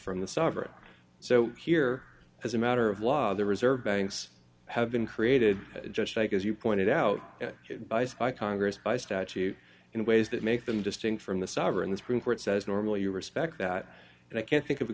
from the sovereign so here as a matter of law the reserve banks have been created just like as you pointed out by spy congress by statute in ways that make them distinct from the sovereign the supreme court says normally you respect that and i can't think of a